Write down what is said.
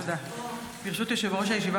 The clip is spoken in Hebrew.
ברשות יושב-ראש הישיבה,